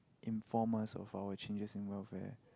informal of four changes in welfare